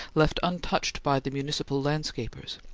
left untouched by the municipal landscapers,